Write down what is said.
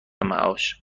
معاش